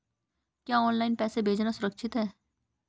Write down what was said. क्या ऑनलाइन पैसे भेजना सुरक्षित है?